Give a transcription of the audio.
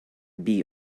bee